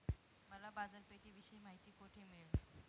मला बाजारपेठेविषयी माहिती कोठे मिळेल?